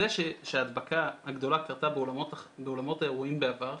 זה שההדבקה קרתה באולמות האירועים בעבר,